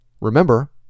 Remember